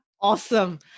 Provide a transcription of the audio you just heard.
Awesome